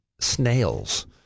snails